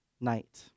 night